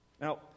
Now